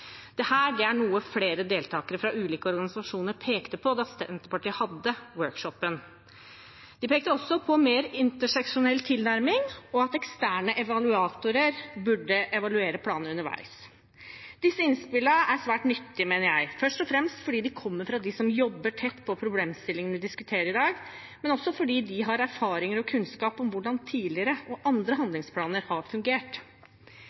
er noe flere deltakere fra ulike organisasjoner pekte på da Senterpartiet hadde workshopen. De pekte også på mer interseksjonell tilnærming og at eksterne evaluatorer burde evaluere planene underveis. Disse innspillene er svært nyttige, mener jeg, først og fremst fordi de kommer fra dem som jobber tett på problemstillingene vi diskuterer i dag, men også fordi de har erfaringer med og kunnskap om hvordan tidligere og andre handlingsplaner har fungert.